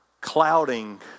clouding